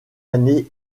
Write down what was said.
année